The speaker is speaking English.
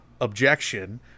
objection